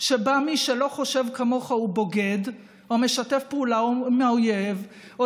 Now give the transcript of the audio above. שבה מי שלא חושב כמוך הוא בוגד או משתף פעולה עם האויב או